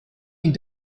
ihn